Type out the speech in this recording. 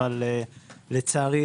אבל לצערי,